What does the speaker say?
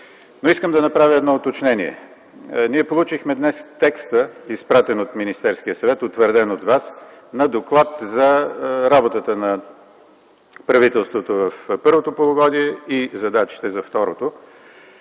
Искам да направя едно уточнение. Ние получихме днес текста, изпратен от Министерския съвет и утвърден от Вас, на Доклад за работата на правителството в първото полугодие и задачите за второто.